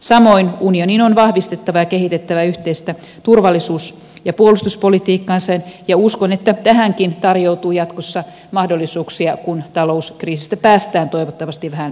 samoin unionin on vahvistettava ja kehitettävä yhteistä turvallisuus ja puolustuspolitiikkaansa ja uskon että tähänkin tarjoutuu jatkossa mahdollisuuksia kun talouskriisistä päästään toivottavasti vähän selvemmille vesille